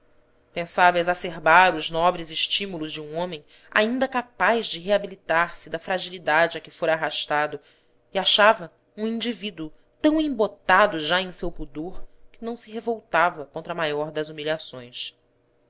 moral pensava exacerbar os nobres estímulos de um homem ainda capaz de reabilitar se da fragilidade a que fora arrastado e achava um indivíduo tão embotado já em seu pudor que não se revoltava contra a maior das humilhações